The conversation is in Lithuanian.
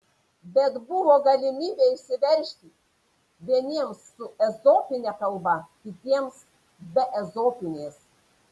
bet buvo galimybė išsiveržti vieniems su ezopine kalba kitiems be ezopinės